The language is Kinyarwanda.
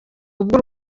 ubwo